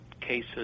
cases